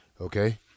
Okay